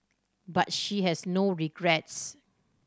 but she has no regrets